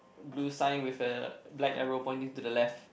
blue sign with a black arrow pointing to the left